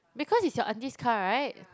because it's your auntie's car right